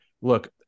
look